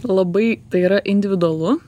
labai tai yra individualu